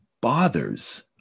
bothers